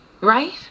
Right